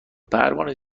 پروانه